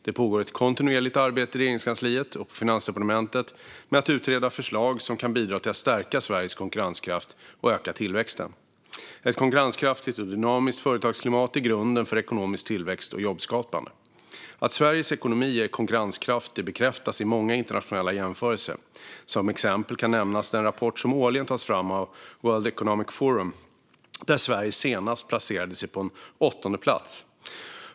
Det pågår ett kontinuerligt arbete i Regeringskansliet och på Finansdepartementet med att utreda förslag som kan bidra till att stärka Sveriges konkurrenskraft och öka tillväxten. Ett konkurrenskraftigt och dynamiskt företagsklimat är grunden för ekonomisk tillväxt och jobbskapande. Att Sveriges ekonomi är konkurrenskraftig bekräftas i många internationella jämförelser. Som exempel kan nämnas den rapport som årligen tas fram av World Economic Forum, där Sverige senast placerade sig på en åttondeplats.